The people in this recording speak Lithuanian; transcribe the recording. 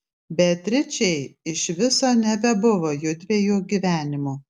beatričei iš viso nebebuvo jųdviejų gyvenimo